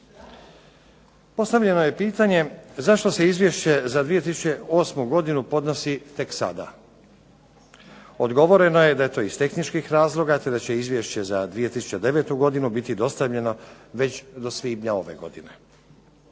Postavljeno je pitanje, zašto se izvješće za 2008. godinu podnosi tek sada? Odgovoreno je da je to iz tehničkih razloga, te da će izvješće za 2009. godinu biti dostavljeno već do svibnja ove godine.